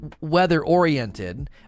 weather-oriented